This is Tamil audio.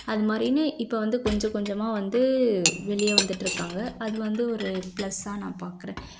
அதுமாதிரினு இப்போ வந்து கொஞ்ச கொஞ்சமாக வந்து வெளியே வந்துகிட்ருக்காங்க அது வந்து ஒரு ப்ளஸ்ஸாக நான் பார்க்குறேன்